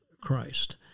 Christ